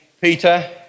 Peter